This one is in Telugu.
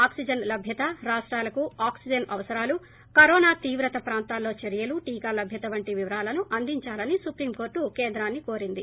ఆక్సిజన్ లభ్యత రాష్టాలకు ఆక్సిజన్ అవసరాలు కరోనా తీవ్రత ప్రాంతాల్లో చర్యలు టీకా లభ్యత వంటి వివరాలను అందించాలని సుప్రీం కోర్లు కేంద్రాన్ని కోరింది